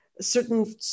certain